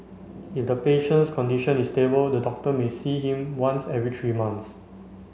if the patient's condition is stable the doctor may see him once every three months